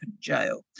jail